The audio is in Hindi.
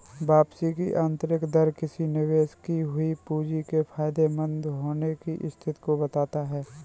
वापसी की आंतरिक दर किसी निवेश की हुई पूंजी के फायदेमंद होने की स्थिति को बताता है